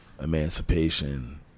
Emancipation